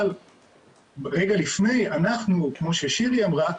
אבל רגע לפני, אנחנו, כמו ששירי אמרה,